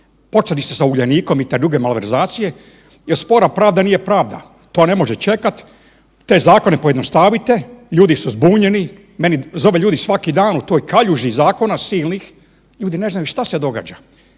vani, … Uljanikom i te druge malverzacije jer spora pravda nije pravda. To ne može čekati. Te zakone pojednostavite, ljudi su zbunjeni. Mene zovu ljudi svaki dan u toj kaljuži zakona silnih, ljudi ne znaju šta se događa,